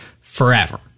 forever